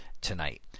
tonight